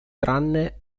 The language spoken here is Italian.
tranne